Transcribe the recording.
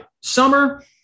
summer